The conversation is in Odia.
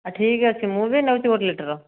ଠିକ୍ ଅଛି ମୁଁ ବି ନେଉଛି ଗୋଟେ ଲିଟର୍